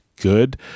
Good